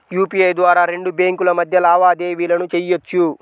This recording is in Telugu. యూపీఐ ద్వారా రెండు బ్యేంకుల మధ్య లావాదేవీలను చెయ్యొచ్చు